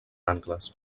angles